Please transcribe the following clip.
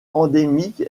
endémique